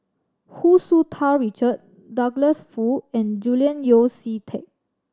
Hu Tsu Tau Richard Douglas Foo and Julian Yeo See Teck